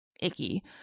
icky